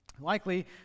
Likely